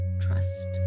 trust